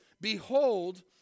behold